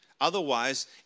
Otherwise